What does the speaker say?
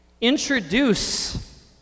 Introduce